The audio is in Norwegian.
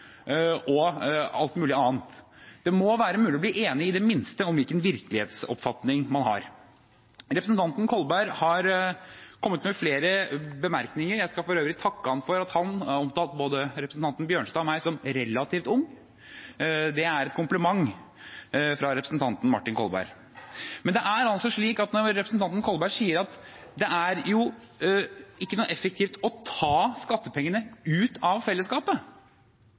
og alt mulig annet. Det må i det minste være mulig å bli enig om hvilken virkelighetsoppfatning man har. Representanten Kolberg har kommet med flere bemerkninger – jeg vil for øvrig takke ham for at han har omtalt både representanten Bjørnstad og meg som relativt unge, det er en kompliment fra representanten Martin Kolberg. Men når representanten Kolberg sier at det er jo ikke noe effektivt å ta skattepengene ut av fellesskapet,